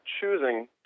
choosing